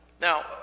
Now